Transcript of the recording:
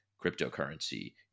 cryptocurrency